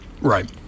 Right